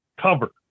cover